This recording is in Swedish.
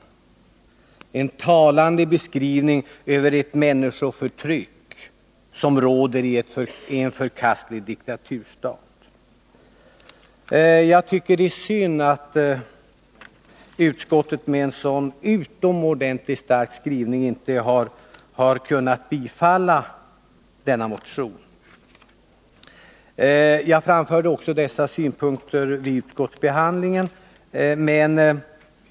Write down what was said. Det är en talande beskrivning över det människoförtryck som råder i en förkastlig diktaturstat. Jag tycker det är synd att utskottet med en så utomordentligt stark skrivning ändå inte har kunnat tillstyrka denna motion. Jag framförde också dessa synpunkter vid utskottsbehandlingen av motionen.